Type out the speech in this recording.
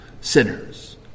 sinners